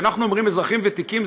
כשאנחנו אומרים אזרחים ותיקים,